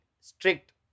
strict